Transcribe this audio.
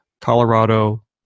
Colorado